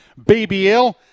BBL